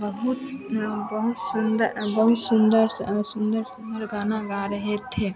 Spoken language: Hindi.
बहुत बहुत सुन्दर बहुत सुन्दर सुन्दर गाना गा रहे थे